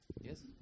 Yes